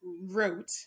wrote